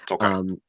Okay